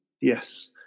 Yes